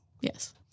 Yes